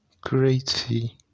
crazy